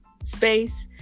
space